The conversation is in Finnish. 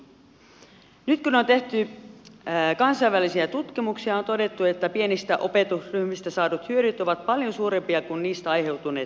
nyt kun on tehty kansainvälisiä tutkimuksia on todettu että pienistä opetusryhmistä saadut hyödyt ovat paljon suurempia kuin niistä aiheutuneet kustannukset